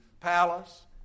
palace